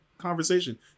conversation